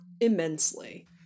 immensely